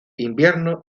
invierno